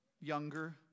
younger